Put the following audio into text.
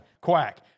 Quack